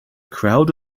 crowd